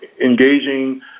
engaging